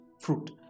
fruit